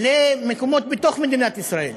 למקומות בתוך מדינת ישראל.